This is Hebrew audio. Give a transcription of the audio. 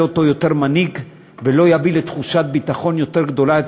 אותו יותר מנהיג ולא יביאו לתחושת ביטחון יותר גדולה.